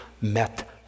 met